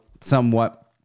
somewhat